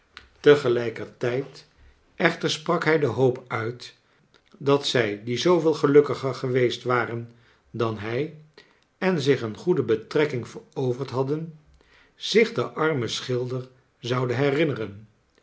echter sprak hij de hoop uit dat zij die zooveel gelukkiger geweest waren dan hij en zich een goede betrekking veroverd hadden zich den armen schilder zouden herinneren